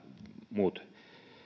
muut